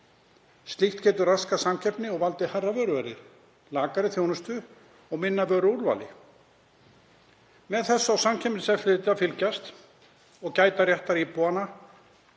Slíkt getur raskað samkeppni og valdið hærra vöruverði, lakari þjónustu og minna vöruúrvali. Með þessu á Samkeppniseftirlitið að fylgjast og gæta réttar íbúanna